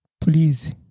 please